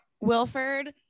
Wilford